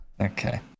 Okay